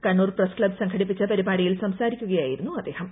Kannur press club സംഘടിപ്പിച്ചു പരിപാടിയിൽ സംസാരിക്കുകയായിരുന്നു അദ്ദേഹം